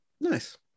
nice